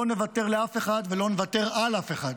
לא נוותר לאף אחד ולא נוותר על אף אחד.